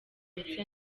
ndetse